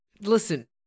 Listen